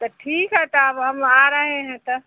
तो ठीक है तो अब हम आ रहे हैं तो